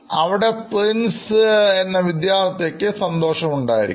അവിടെ Princeവിദ്യാർത്ഥിക്ക് സന്തോഷം ഉണ്ടായിരിക്കും